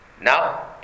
now